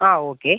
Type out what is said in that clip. ആ ഓക്കേ